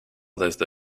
desde